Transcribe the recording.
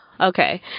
Okay